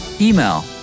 Email